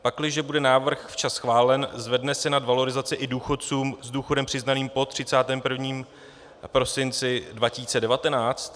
Pakliže bude návrh včas schválen, zvedne se nad valorizaci i důchodcům s důchodem přiznaným po 31. prosinci 2019?